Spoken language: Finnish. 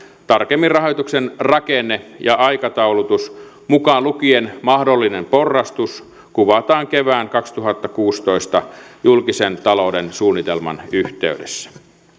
tarkemmin rahoituksen rakenne ja aikataulutus mukaan lukien mahdollinen porrastus kuvataan kevään kaksituhattakuusitoista julkisen talouden suunnitelman yhteydessä